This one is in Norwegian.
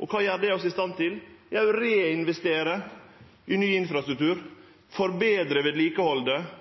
Og kva gjer det oss i stand til? Jo, å reinvestere i ny infrastruktur, forbetre vedlikehaldet,